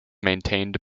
maintained